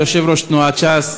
ליושב-ראש תנועת ש"ס,